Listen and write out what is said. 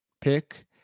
pick